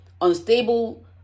unstable